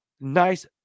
nice